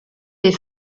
des